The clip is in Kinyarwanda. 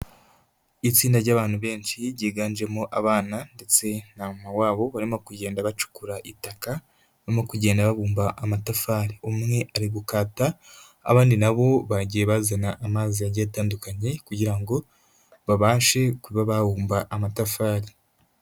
Itsinda ry'abantu benshi ryiganjemo abana ndetse na mama wabo barimo kugenda bacukura itaka no kugenda babumba amatafari, umwe ari gukata, abandi na bo bagiye bazana amazi agiye atandukanye kugira ngo babashe kuba babumba amatafari.